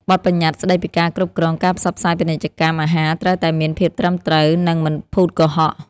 បទប្បញ្ញត្តិស្ដីពីការគ្រប់គ្រងការផ្សព្វផ្សាយពាណិជ្ជកម្មអាហារត្រូវតែមានភាពត្រឹមត្រូវ និងមិនភូតកុហក។